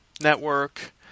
network